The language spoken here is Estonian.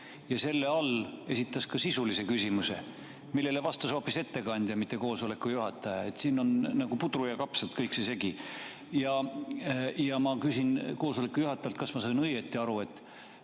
ja selle all esitas ka sisulise küsimuse, millele vastas hoopis ettekandja, mitte koosoleku juhataja. Siin on nagu puder ja kapsad kõik segi. Ja ma küsin koosoleku juhatajalt: kas ma sain õigesti aru, et